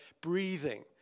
breathing